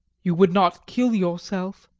you would not kill yourself?